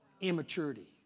Immaturity